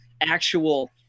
actual